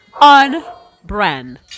On-brand